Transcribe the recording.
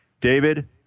David